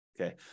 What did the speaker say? okay